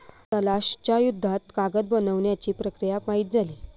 तलाश च्या युद्धात कागद बनवण्याची प्रक्रिया माहित झाली